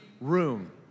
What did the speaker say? room